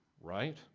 right